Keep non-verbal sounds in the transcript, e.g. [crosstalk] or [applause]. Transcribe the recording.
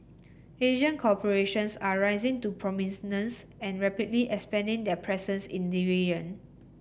Asian corporations are rising to [unintelligible] and rapidly expanding their presence in the region